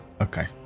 Okay